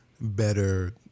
better